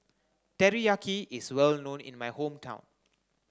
Teriyaki is well known in my hometown